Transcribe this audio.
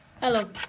Hello